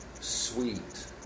Sweet